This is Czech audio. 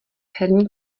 herní